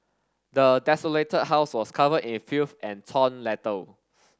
the desolated house was covered in filth and torn letters